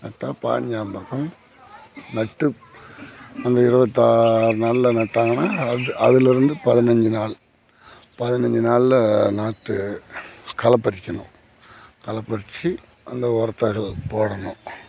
நட்டால் பயினஞ்சாம் பக்கம் நட்டு அந்த இருபத்தாறு நாளில் நட்டாங்கன்னா அது அதுலேருந்து பதினஞ்சு நாள் பதினஞ்சு நாளில் நாற்று களை பறிக்கணும் களை பறித்து அந்த உரத்த அதில் போடணும்